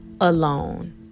alone